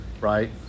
right